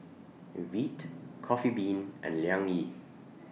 Veet Coffee Bean and Liang Yi